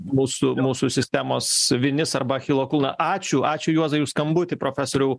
mūsų mūsų sistemos vinis arba achilo kulna ačiū ačiū juozai skambutį profesoriau